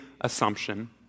assumption—